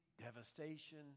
devastation